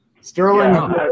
Sterling